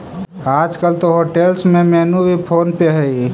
आजकल तो होटेल्स में मेनू भी फोन पे हइ